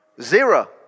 Zero